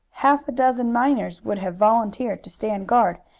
half a dozen miners would have volunteered to stand guard,